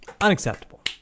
Unacceptable